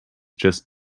just